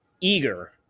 eager